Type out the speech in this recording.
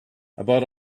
about